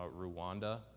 Rwanda